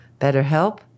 BetterHelp